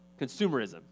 consumerism